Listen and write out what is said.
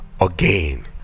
again